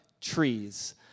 trees